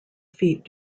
feet